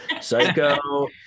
psycho